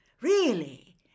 Really